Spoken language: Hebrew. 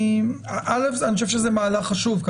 קודם כל אני חושב שזה מהלך חשוב,